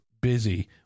busy